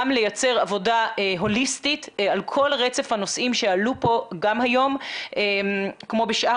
גם לייצר עבודה הוליסטית על כל רצף הנושאים שעלו פה גם היום כמו בשאר